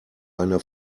eine